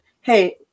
Hey